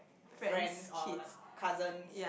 friends or like cousins